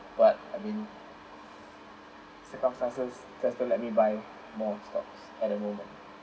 but I mean circumstances just don't let me buy more of stocks at the moment